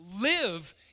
live